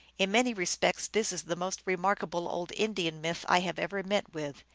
in many respects this is the most remarkable old indian myth i have ever met with.